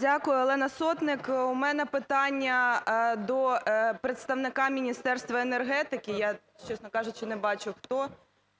Дякую. Олена Сотник. У мене питання до представника Міністерства енергетики. Я, чесно кажучи, не бачу, хто